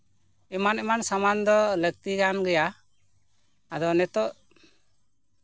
ᱮᱢᱟᱱᱼᱮᱢᱟᱱ ᱥᱟᱢᱟᱱ ᱫᱚ ᱞᱟᱹᱠᱛᱤᱭᱟᱱ ᱜᱮᱭᱟ ᱟᱫᱚ ᱱᱤᱛᱳᱜ